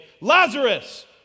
Lazarus